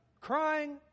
crying